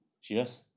she just